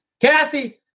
Kathy